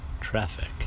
traffic